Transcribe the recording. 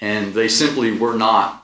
and they simply were not